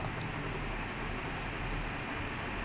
I was laughing like don't know he say he stoned too much